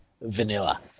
vanilla